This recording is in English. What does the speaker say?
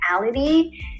reality